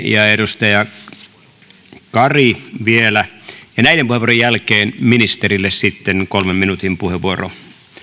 ja kari näiden puheenvuorojen jälkeen ministerille sitten kolmen minuutin puheenvuoro